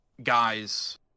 guy's